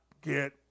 get